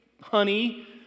honey